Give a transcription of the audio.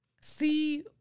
see